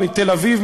מתל-אביב,